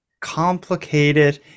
complicated